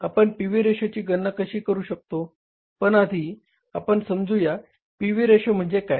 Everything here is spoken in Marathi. आपण पी व्ही रेशोची गणना कशी करू शकतो पण आधी आपण समजूया पी व्ही रेशो म्हणजे काय